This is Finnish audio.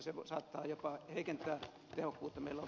se saattaa jopa heikentää tehokkuutta